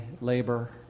labor